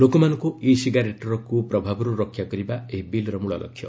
ଲୋକମାନଙ୍କୁ ଇ ସିଗାରେଟ୍ର କୁପ୍ରଭାବରୁ ରକ୍ଷା କରିବା ଏହି ବିଲ୍ର ମୂଳ ଲକ୍ଷ୍ୟ